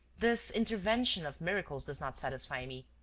this intervention of miracles does not satisfy me.